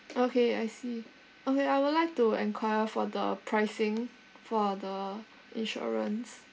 okay I see okay I would like to enquire for the pricing for the insurance